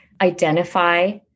identify